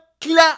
clear